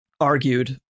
argued